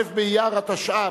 י"א באייר התשע"ב,